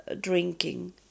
drinking